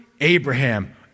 Abraham